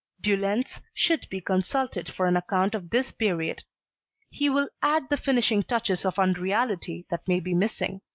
de lenz should be consulted for an account of this period he will add the finishing touches of unreality that may be missing.